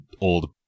old